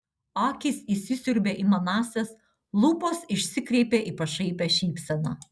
akys įsisiurbė į manąsias lūpos išsikreipė į pašaipią šypseną